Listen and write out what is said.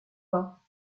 pas